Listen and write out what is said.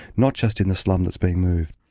not just in the slum that's being moved.